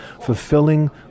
fulfilling